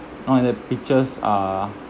not the pictures uh